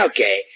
Okay